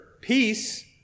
peace